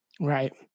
Right